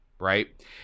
Right